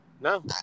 no